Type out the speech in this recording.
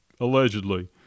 allegedly